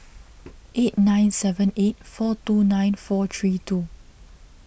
eight nine seven eight four two nine four three two